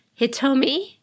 Hitomi